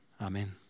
Amen